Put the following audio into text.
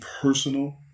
personal